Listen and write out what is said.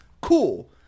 cool